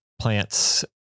plants